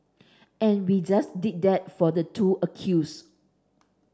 and we just did that for the two accused